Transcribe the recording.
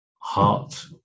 heart